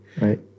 Right